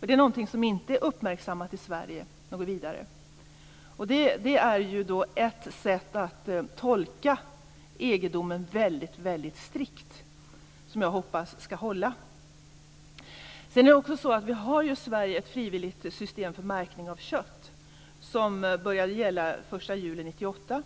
Detta är något som inte är uppmärksammat så mycket i Sverige. Detta är ju ett sätt att tolka EG domen väldigt strikt, och som jag hoppas skall hålla. I Sverige har vi ett frivilligt system för märkning av kött som började gälla den 1 juli 1998.